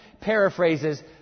paraphrases